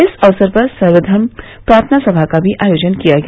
इस अवसर पर सर्वघर्म प्रार्थना सभा का भी आयोजन किया गया